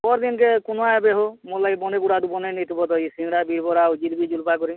per ଦିନ୍କେ କୁନୁଆ ଆଏବେ ହୋ ମୋର୍ ଲାଗି ବନେ ଗୁଡ଼ାଦୁ ବନେଇ ନେଇଥିବ ତ ଇ ସିଙ୍ଗ୍ଡ଼ା ବିରି ବରା ଆଉ ଜିଲିପ୍ ଜୁଲ୍ପା କରି